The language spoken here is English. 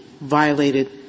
violated